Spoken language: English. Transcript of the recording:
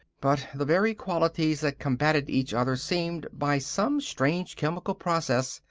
but the very qualities that combated each other seemed, by some strange chemical process,